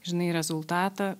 žinai rezultatą